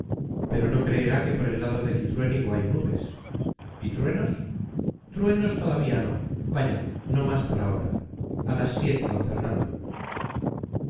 pero no creerá que por el lado de cintruénigo hay nubes y truenos truenos todavía no vaya no más por ahora a las siete d fernando